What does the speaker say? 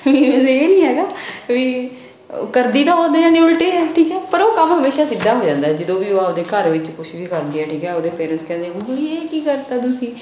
means ਇਹ ਨਹੀਂ ਹੈਗਾ ਵੀ ਕਰਦੀ ਤਾਂ ਉਹਦੇ ਜਾਨੀ ਉਲਟੇ ਹੈ ਠੀਕ ਹੈ ਪਰ ਉਹ ਕੰਮ ਹਮੇਸ਼ਾ ਸਿੱਧਾ ਹੋ ਜਾਂਦਾ ਜਦੋਂ ਵੀ ਉਹ ਆਪਣੇ ਘਰ ਵਿੱਚ ਕੁਝ ਵੀ ਕਰਦੀ ਆ ਠੀਕ ਆ ਉਹਦੇ ਪੇਰੈਂਟਸ ਕਹਿੰਦੇ ਗੁਗਲੀ ਇਹ ਕੀ ਕਰਤਾ ਤੁਸੀਂ